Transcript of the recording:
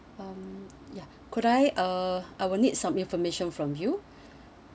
um ya could I uh I will need some information from you